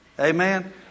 Amen